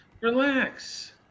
Relax